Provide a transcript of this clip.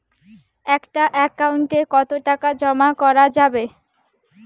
একটা একাউন্ট এ কতো টাকা জমা করা যাবে?